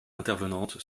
intervenante